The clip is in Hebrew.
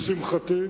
לשמחתי,